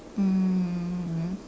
mm